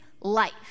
life